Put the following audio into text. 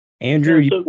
Andrew